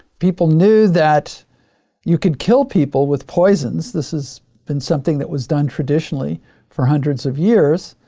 people knew that you could kill people with poisons. this has been something that was done traditionally for hundreds of years.